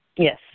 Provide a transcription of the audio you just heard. Yes